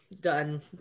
done